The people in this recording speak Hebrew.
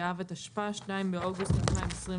(בעניין מתקן שידור לתקשורת),